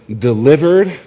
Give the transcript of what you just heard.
delivered